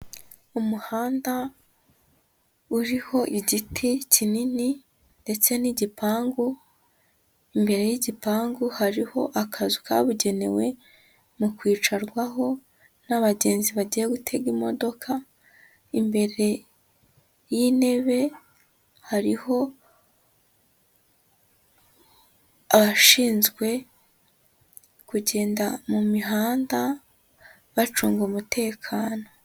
Umuhanda uriho igiti kinini ndetse n'igipangu, imbere y'igipangu hariho akazu kabugenewe mu kwicarwaho n'abagenzi bagiye gutega imodoka, imbere y'intebe hariho abashinzwe kugenda mu mihanda, bacunga umutekano.